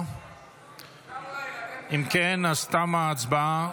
אם כן, תמה ההצבעה.